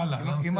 הלאה, לנושא הבא.